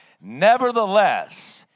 Nevertheless